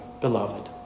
beloved